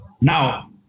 Now